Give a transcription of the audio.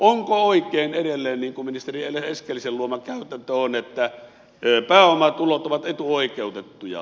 onko oikein edelleen niin kuin ministeri eskelisen luoma käytäntö on että pääomatulot ovat etuoikeutettuja